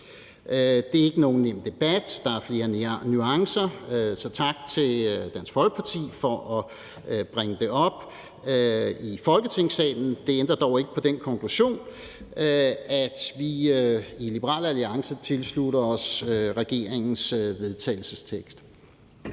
Det er ikke nogen nem debat. Der er flere nuancer. Så tak til Dansk Folkeparti for at bringe det op i Folketingssalen. Det ændrer dog ikke på den konklusion, at vi i Liberal Alliance tilslutter os regeringens vedtagelsestekst.